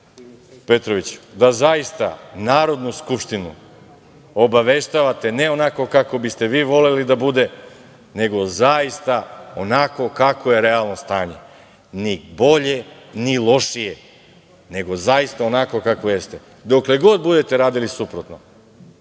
Petroviću, da zaista, Narodnu skupštinu, obaveštavate ne onako kako biste vi voleli da bude, nego zaista kako je realno stanje. Ni bolje ni lošije, nego zaista onako kako jeste. Dokle god budete radili suprotno,